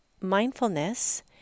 mindfulness